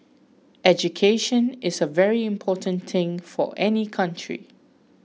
education is a very important thing for any country